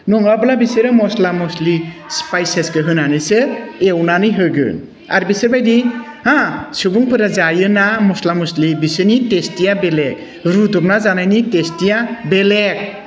नङाब्ला बिसोरो मस्ला मस्लि स्पाइसेसखौ होनानैसो एवनानै होगोन आरो बिसोरबायदि हा सुबुंफोरा जायोना मस्ला मस्लि बिसोरनि टेस्टिया बेलेक रुदबना जानायनि टेस्टिया बेलेक